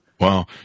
Wow